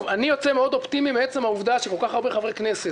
אני יוצא מאוד אופטימי מעצם העובדה שכל כך הרבה חברי כנסת,